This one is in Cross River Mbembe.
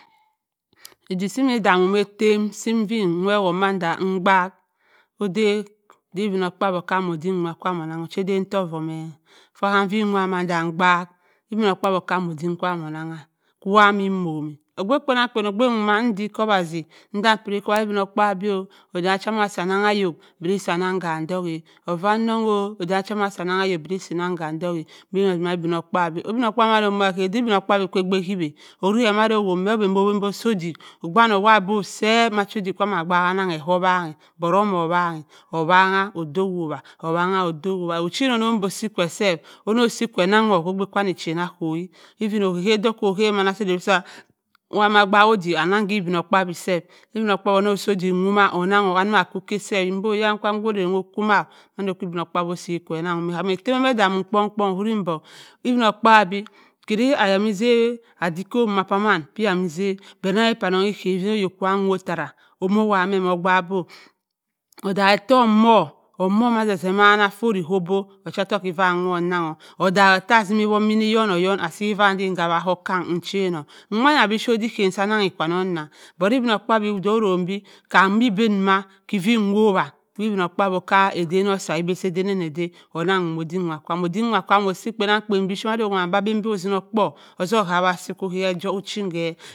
Edik sa ma edamuw kka ettem si ui nwu wi ewott matmanda mbaak oda di idino kpaabyi oki odim nwu kwaam onnang ochedene ottou va me faa ui wowar manda nbaakhe idinokp-aabyi okkam odim kwaam onnang kwa me immom a ogbu kpann-angkpan ogbu ma nndi ekowazi nnda piri ke ekuwazi ibinokp-aabyi-o adan cha ma asi annangahok bipuyiri si annang kam odoka ovannong-o ebug cha m’asi annang ahok bipuyir si annang kam odok-a ibinokpaabyi ibinok paabyi madda owo mue obendi ozu odik ogbe wani ohowa ma bo seep machi odik kam-ma adaakyi annang ker owanne but ommo owan-e owoub-a odo wowha owobua obo wowha awutt chi onno osi pye self ono osi pye onnang kwu ma chanka kuwi iffin ohop-o hawi oyari masi wama daak-odik annang ibinokpaabyi self ibino kpaadyi onno si dik ting onnong kwu annamma ke self mbo man ka orannga oko ma mando ibino kpaabyi osi be annang-e kam ettem eme- edammom kpon-kpon owuri edong ibinok pa abyi karri iyamizitt adikpo ma-paman pe yamizitt be annange kwa, nnong ekam wott ttara omo owu-wa mee a bo odaak ue tto omo ommo atzima afuri ko obo ocha-ottoku ki fa owonh ennang-o odaak-o azim iwott so hom-ohom asi sa fin hawa ko okang ne channo wanna bipuyir oda iyan sa annengyi kwannong-ne but ibinokpaabyi bo orronng be kam em baa ma kiva nwowbua si ibino kpaadyi aden oza ke ebe si aden anna ade onnang-onnana odin wa, ram odim kwaam osi kpa-nang-kpa bipuyir mbe owo me been do zinni okpo ozu bhawi asi oya nae ejo ojing ke.